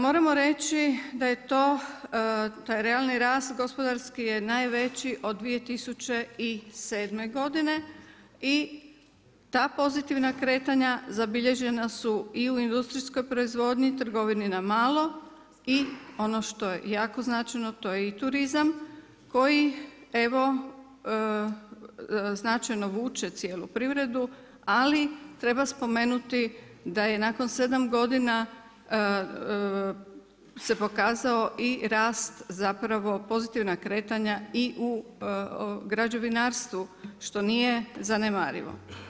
Moramo reći da je to, taj realni rast gospodarski je najveći od 2007. godine i ta pozitivna kretanja zabilježena su i u industrijskoj proizvodnji, trgovini na malo i ono što je jako značajno to je i turizam koji evo značajno vuče cijelu privredu, ali treba spomenuti da je nakon 7 godina se pokazao i rast zapravo pozitivna kretanja i u građevinarstvu što nije zanemarivo.